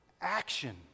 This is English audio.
action